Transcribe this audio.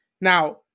Now